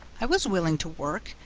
i was willing to work,